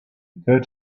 occur